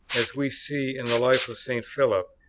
as we see in the life of st. philip,